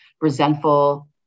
resentful